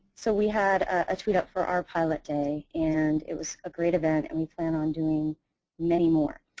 so we had a tweet up for our pilot day. and it was a great event. and we plan on doing many more.